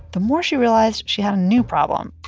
the more she realized she had a new problem.